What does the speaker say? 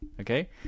okay